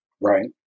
Right